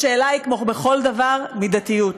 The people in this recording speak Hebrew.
השאלה היא, כמו בכל דבר, המידתיות.